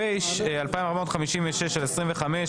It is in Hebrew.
(פ/2456/25),